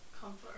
comfort